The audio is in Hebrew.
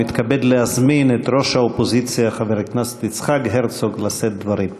ומתכבד להזמין את ראש האופוזיציה חבר הכנסת יצחק הרצוג לשאת דברים.